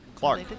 Clark